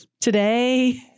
today